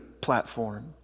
platform